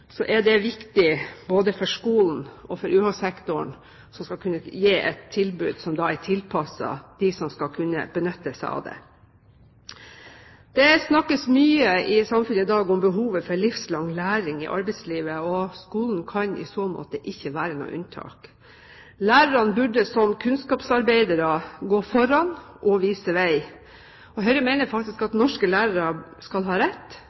er det viktig både for skolen og for UH-sektoren, som skal gi et tilbud som er tilpasset dem som skal benytte seg av det. Det snakkes mye i samfunnet i dag om behovet for livslang læring i arbeidslivet, og skolen kan i så måte ikke være noe unntak. Lærerne burde som kunnskapsarbeidere gå foran og vise vei. Høyre mener faktisk at norske lærere skal ha rett